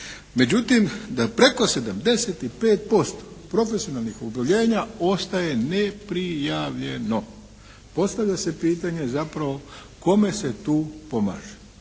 Međutim da preko 75% profesionalnih oboljenja ostaje neprijavljeno. Postavlja se pitanje zapravo kome se tu pomaže.